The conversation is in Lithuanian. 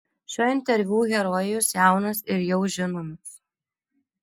šio interviu herojus jaunas ir jau žinomas